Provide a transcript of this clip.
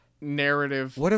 narrative